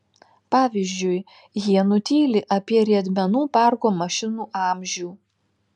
pavyzdžiui jie nutyli apie riedmenų parko mašinų amžių